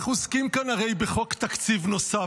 אנחנו עוסקים כאן הרי בחוק תקציב נוסף.